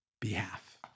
behalf